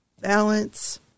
balance